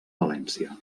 valència